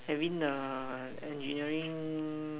having an engineering